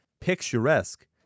Picturesque